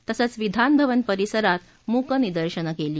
तसंच विधानभवन परिसरात मूक निदर्शनं केली